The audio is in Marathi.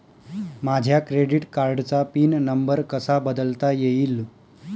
माझ्या क्रेडिट कार्डचा पिन नंबर कसा बदलता येईल?